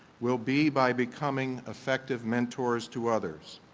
will be by becoming effective mentors to others.